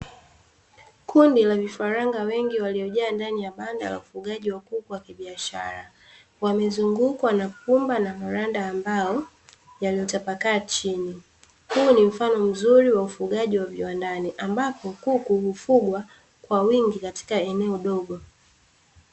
Kundi la vifaranga wengi waliojaa ndani ya banda la ufugaji wa kuku wa kibiashara. Wamezungukwa na pumba na maranda ya mbao, yaliyotapakaa chini. Huu ni mfano mzuri wa ufugaji wa viwandani ambapo kuku hufugwa kwa wingi katika eneo dogo.